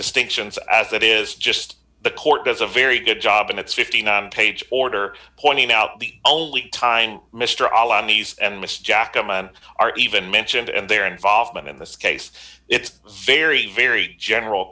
distinctions as it is just the court has a very good job in its fifty nine page order pointing out the only time mr all on nice and miss jackman are even mentioned and their involvement in this case it's very very general